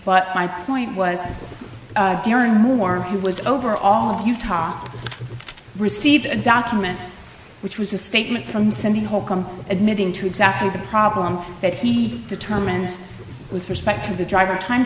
but my point was during more he was over all you talked received a document which was a statement from sending holcomb admitting to exactly the problem that he determined with respect to the driver time